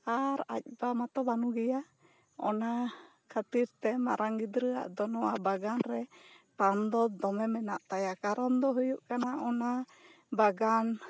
ᱟᱨ ᱟᱡ ᱵᱟᱵᱟ ᱢᱟᱛᱚ ᱵᱟᱹᱱᱩᱭ ᱜᱮᱭᱟ ᱚᱱᱟ ᱠᱷᱟᱹᱛᱤᱨ ᱛᱮ ᱢᱟᱨᱟᱝ ᱜᱤᱫᱽᱨᱟᱹᱣᱟᱜ ᱫᱚ ᱱᱚᱣᱟ ᱵᱟᱜᱟᱱ ᱨᱮ ᱴᱟᱱ ᱫᱚ ᱫᱚᱢᱮ ᱢᱮᱱᱟᱜ ᱛᱟᱭᱟ ᱠᱟᱨᱚᱱ ᱫᱚ ᱦᱩᱭᱩᱜ ᱠᱟᱱᱟ ᱚᱱᱟ ᱵᱟᱜᱟᱱ